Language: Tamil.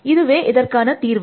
இதுவே இதற்கான தீர்வு